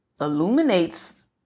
illuminates